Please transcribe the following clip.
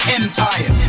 empire